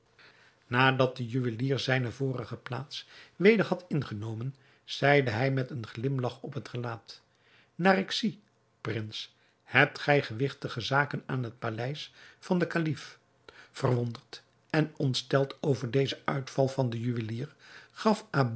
nadat de juwelier zijne vorige plaats weder had ingenomen zeide hij met een glimlach op het gelaat naar ik zie prins hebt gij gewigtige zaken aan het paleis van den kalif verwonderd en ontsteld over dezen uitval van den juwelier gaf